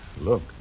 Look